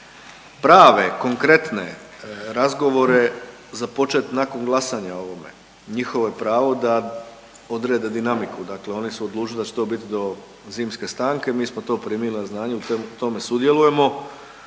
prave, konkretne razgovore započeti nakon glasanja o ovome. Njihovo je pravo da odrede dinamiku. Dakle, oni su odlučili da će to biti do zimske stanke. Mi smo to primili na znanje i u tome sudjelujemo